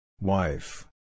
Wife